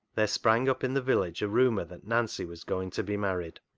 there sprang up in the village a rumour that nancy was going to be married.